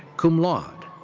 cum laude.